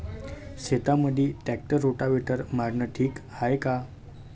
शेतामंदी tractor rotavator मारनं ठीक हाये का?